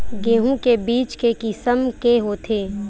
गेहूं के बीज के किसम के होथे?